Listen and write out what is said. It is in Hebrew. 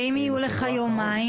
ואם יהיו לך יומיים?